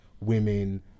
women